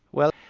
well,